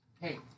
Hey